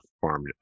farm